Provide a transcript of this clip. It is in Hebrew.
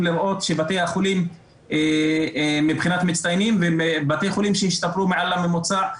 לראות שבתי החולים מבחינת מצטיינים הם בתי חולים שהשתפרו מעל לממוצע,